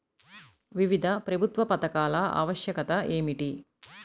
వివిధ ప్రభుత్వా పథకాల ఆవశ్యకత ఏమిటి?